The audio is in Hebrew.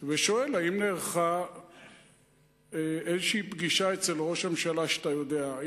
ושואל: האם נערכה פגישה כלשהי אצל ראש הממשלה שאתה יודע עליה?